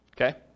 Okay